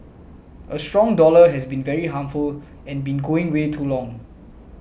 a strong dollar has been very harmful and been going way too long